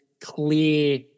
clear